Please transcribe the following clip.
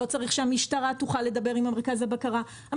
לא צריך שהמשטרה תוכל לדבר עם מרכז הבקרה אלא